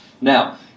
Now